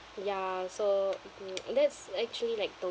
ya so mm that's actually like the